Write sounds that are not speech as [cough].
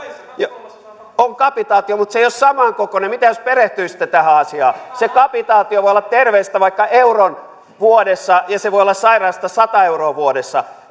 on kapitaatio mutta se ei ole samankokoinen mitä jos perehtyisitte tähän asiaan se kapitaatio voi olla terveistä vaikka euron vuodessa ja se voi olla sairaasta sata euroa vuodessa [unintelligible]